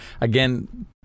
Again